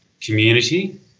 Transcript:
community